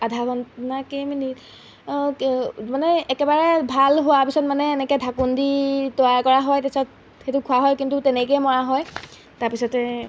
আধা ঘণ্টা নে কেইমিনিট মানে একেবাৰে ভাল হোৱাৰ পিছত মানে এনেকৈ ঢাকোন দি তৈয়াৰ কৰা হয় তাৰপিছত সেইটো খোৱা হয় কিন্তু তেনেকেই মৰা হয় তাৰপিছতে